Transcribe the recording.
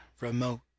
remote